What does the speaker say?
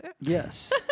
Yes